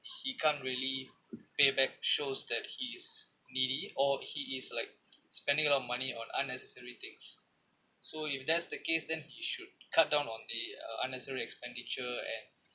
he can't really pay back shows that he's needy or he is like spending a lot of money on unnecessary things so if that's the case then he should cut down on the uh unnecessary expenditure and